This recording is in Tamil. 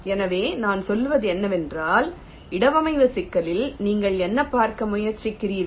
எனவே நான் சொல்வது என்னவென்றால் இடவமைவு சிக்கலில் நீங்கள் என்ன பார்க்க முயற்சிக்கிறீர்கள்